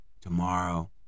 tomorrow